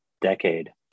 decade